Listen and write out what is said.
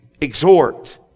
exhort